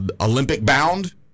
Olympic-bound